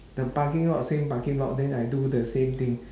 the parking lot same parking lot then I do the same thing